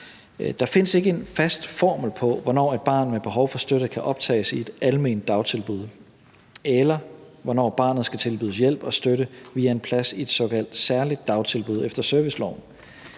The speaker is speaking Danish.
Der findes ikke en fast formel for, hvornår et barn med behov for støtte kan optages i et alment dagtilbud, eller hvornår barnet skal tilbydes hjælp og støtte via en plads i et såkaldt særligt dagtilbud efter serviceloven.